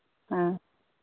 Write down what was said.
हाँ